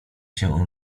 się